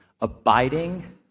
abiding